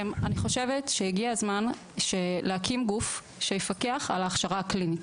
הגיע הזמן להקים גוף שיפקח על ההכשרה הקלינית,